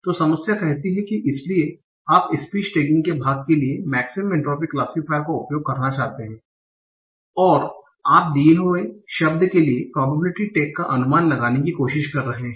तो समस्या कहती है इसलिए आप स्पीच टैगिंग के भाग के लिए मेक्सिमम एन्ट्रोपी क्लासिफायर का उपयोग करना चाहते हैं और आप दिये हुए शब्द के लिए प्रोबेबिलिटी टैग का अनुमान लगाने की कोशिश कर रहे हैं